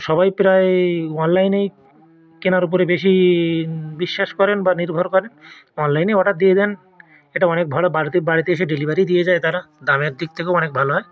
সবাই প্রায় অনলাইনেই কেনার উপরে বেশি বিশ্বাস করেন বা নির্ভর করেন অনলাইনেই অর্ডার দিয়ে যান এটা অনেক ভালো বাড়িতে বাড়িতে এসে ডেলিভারি দিয়ে যায় তারা দামের দিক থেকেও অনেক ভালো হয়